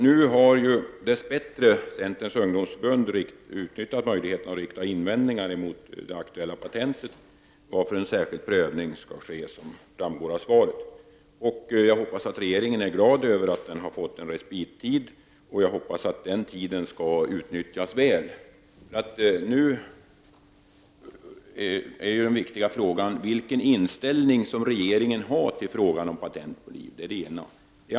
Nu har dess bättre Centerns ungdomsförbund utnyttjat möjligheten att rikta invändningar mot det aktuella patentet, varför en särskild prövning skall ske, som framgår av svaret. Jag hoppas att regeringen är glad över att den har fått en respittid, och jag hoppas att den tiden skall utnyttjas väl. Nu är den viktiga frågan vilken inställning som regeringen har i fråga om patent på liv.